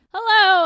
Hello